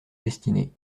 destinées